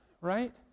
Right